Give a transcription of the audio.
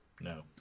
no